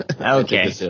Okay